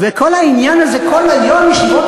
חבר הכנסת